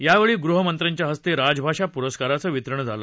यावेळी गृहमंत्र्यांच्या हस्ते राजभाषा पुरस्काराचं वितरण झालं